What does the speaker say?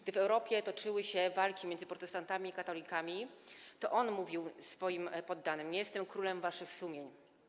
Gdy w Europie toczyły się walki między protestantami i katolikami, on mówił swoim poddanym: Nie jestem królem waszych sumień.